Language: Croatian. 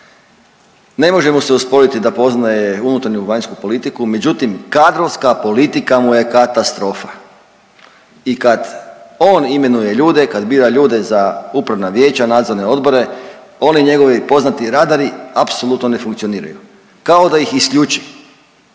ne može mu se osporiti da poznaje unutarnju i vanjsku politiku. Međutim, kadrovska politika mu je katastrofa i kad on imenuje ljude, kad bira ljude za upravna vijeća, nadzorne odbore oni njegovi poznati radari apsolutno ne funkcioniraju kao da ih isključi.